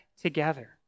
together